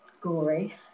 gory